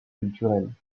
culturelles